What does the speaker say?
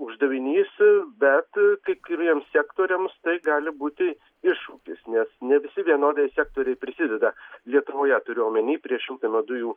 uždavinys bet kai kuriems sektoriams tai gali būti iššūkis nes ne visi vienodai sektoriai prisideda lietuvoje turiu omeny prie šiltnamio dujų